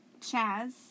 Chaz